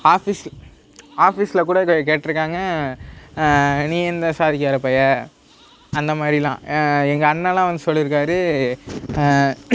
office ஆஃபிஸில் கூட கேட்டிருக்காங்க நீ எந்த சாதிக்கார பயல் அந்த மாதிரியெல்லாம் எங்கள் அண்ணன்ல்லாம் வந்து சொல்லியிருக்காரு